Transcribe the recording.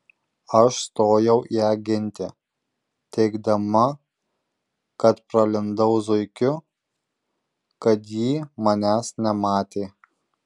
aš stojau ją ginti teigdama kad pralindau zuikiu kad jį manęs nematė